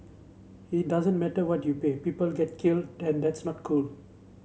it doesn't matter what you pay people get killed and that's not cool